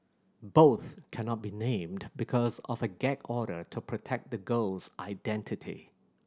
both cannot be named because of a gag order to protect the girl's identity